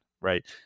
right